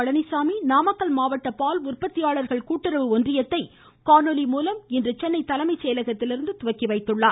பழனிசாமி நாமக்கல் மாவட்ட பால் உற்பத்தியாளர்கள் கூட்டுறவு ஒன்றியத்தை காணொலி மூலம் இன்று சென்னை தலைமை செயலகத்திலிருந்து துவக்கி வைத்தார்